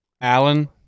Allen